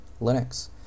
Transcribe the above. Linux